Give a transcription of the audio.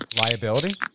liability